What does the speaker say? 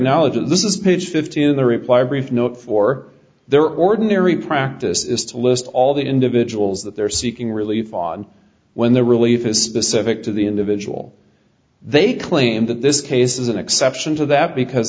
knowledge of this is page fifteen of the reply brief note for their ordinary practice is to list all the individuals that they're seeking relief on when their relief is specific to the individual they claim that this case is an exception to that because